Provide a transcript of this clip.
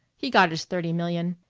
he got his thirty million.